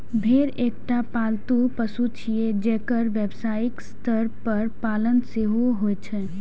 भेड़ एकटा पालतू पशु छियै, जेकर व्यावसायिक स्तर पर पालन सेहो होइ छै